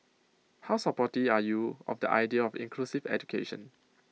how supportive are you of the idea of inclusive education